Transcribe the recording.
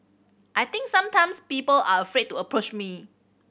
I think sometimes people are afraid to approach me